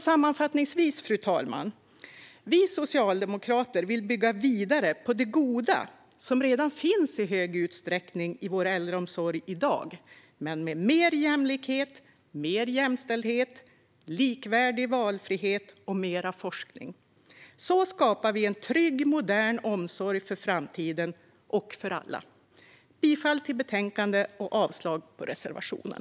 Sammanfattningsvis, fru talman, vill vi socialdemokrater bygga vidare på det goda som redan finns i hög utsträckning i vår äldreomsorg i dag, men med mer jämlikhet, mer jämställdhet, likvärdig valfrihet och mer forskning. Så skapar vi en trygg, modern omsorg för framtiden, för alla. Jag yrkar bifall till utskottets förslag och avslag på reservationen.